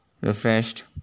refreshed